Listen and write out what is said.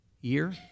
Year